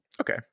Okay